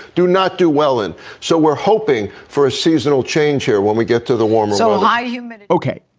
do not do well. and so we're hoping for a seasonal change here when we get to the warm. so high humidity ok,